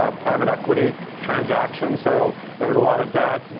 ah private equity transaction so there was a lot of debt, and